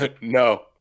No